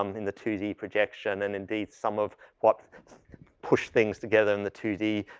um in the two d projection, and indeed some of what push things together in the two d,